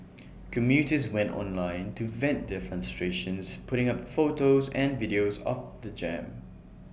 commuters went online to vent their frustrations putting up photos and videos of the jam